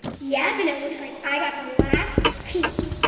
yeah, but and it looks like i got the last piece